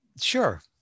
Sure